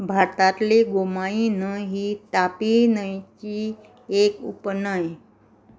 भारतांतली गोमायी न्हंय ही तापी न्हंयची एक उपन्हंय